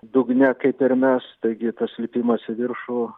dugne kaip ir mes taigi tas lipimas į viršų